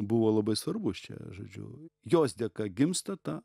buvo labai svarbus čia žodžiu jos dėka gimsta ta